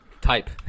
type